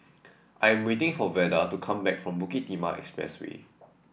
I am waiting for Veda to come back from Bukit Timah Expressway